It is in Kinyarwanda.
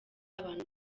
abantu